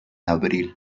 abril